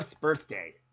birthday